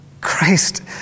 Christ